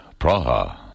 Praha